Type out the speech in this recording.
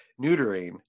neutering